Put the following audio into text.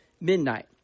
midnight